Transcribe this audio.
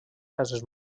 cases